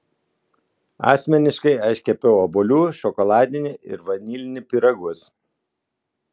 asmeniškai aš kepiau obuolių šokoladinį ir vanilinį pyragus